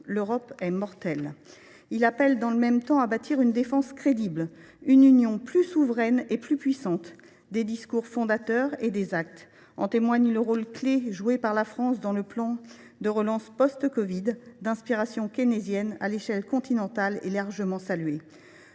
L’Europe est mortelle. » Il appelait dans le même temps à bâtir une défense « crédible », une Union « plus souveraine et plus puissante ». Ces discours fondateurs ont été suivis d’actes. En témoigne le rôle clé joué par la France dans le plan de relance post covid, d’inspiration keynésienne, à l’échelle continentale, qui a été largement salué,